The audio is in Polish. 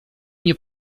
nie